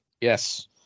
Yes